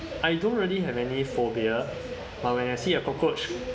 I don't really have any phobia but when I see a cockroach